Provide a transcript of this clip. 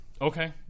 Okay